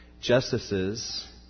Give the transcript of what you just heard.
justices